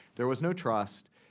there was no trust,